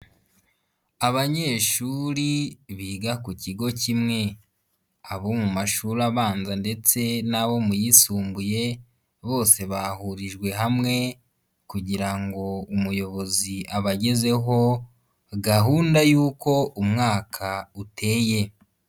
Abanyeshuri biga ku kigo kimwe, abo mu mashuri abanza ndetse n'abo mu yisumbuye, bose bahurijwe hamwe kugira ngo umuyobozi abagezeho gahunda y'uko umwaka uteye.